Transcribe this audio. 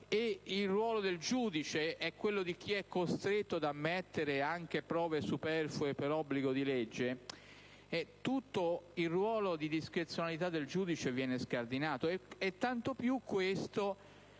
il ruolo del giudice è quello di chi è costretto ad ammettere anche prove superflue per obbligo di legge, tutto il ruolo di discrezionalità del giudice viene scardinato. E tanto più questo